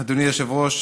אדוני היושב-ראש